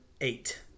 eight